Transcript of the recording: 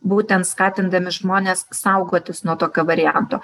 būtent skatindami žmones saugotis nuo tokio varianto